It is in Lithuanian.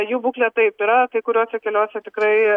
jų būklė taip yra kai kuriuose keliuose tikrai